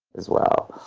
as well.